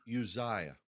Uzziah